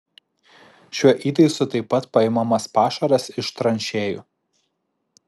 šiuo įtaisu taip pat paimamas pašaras iš tranšėjų